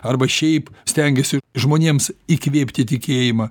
arba šiaip stengiasi žmonėms įkvėpti tikėjimą